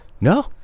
no